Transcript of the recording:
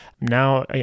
now